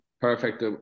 perfect